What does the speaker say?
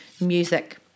music